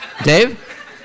Dave